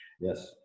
Yes